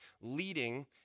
leading